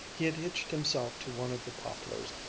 he had hitched himself to one of the poplars,